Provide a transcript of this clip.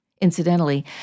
Incidentally